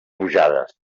pujades